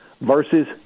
versus